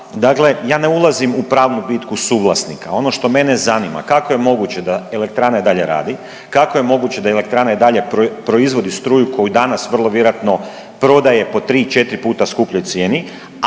dakle ja ne ulazim u pravnu bitku suvlasnika. Ono što mene zanima kako je moguće da elektrana dalje radi? Kako je moguće da elektrana i dalje proizvodi struju koju danas vrlo vjerojatno prodaje po tri, četri puta skupljoj cijeni,